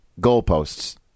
goalposts